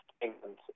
England